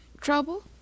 Trouble